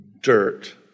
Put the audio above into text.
Dirt